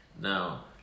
now